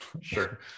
Sure